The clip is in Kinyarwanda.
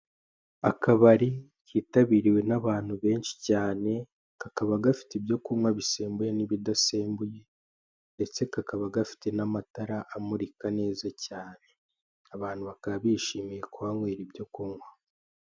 Akabari kitabiriwe n'abantu benshi cyane bakaba bafite ibinyobwa bisembuye n'ibidasembuye, ndetse kakaba gafite n'amatara amurika neza cyane abantu bishimiye kuhafatira icyo kunywa.